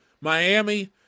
Miami